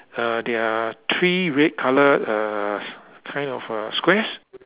err there are three red coloured err kind of uh squares